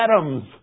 atoms